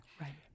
Right